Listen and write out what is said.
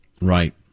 Right